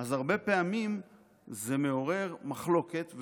הרבה פעמים זה מעורר מחלוקת,